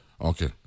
Okay